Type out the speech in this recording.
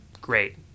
Great